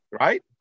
right